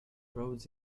roads